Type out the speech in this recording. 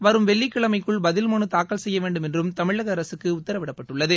வரும் வெள்ளிக்கிழமைக்குள் பதில் மனு தாக்கல் செய்யவேண்டும் என்றும் தமிழகஅரசுக்கு உத்தரவிடப்பட்டுள்ளது